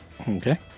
Okay